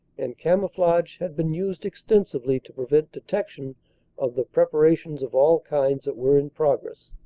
and camouflage had been used extensively to prevent detection of the preparations of all kinds that were in progress.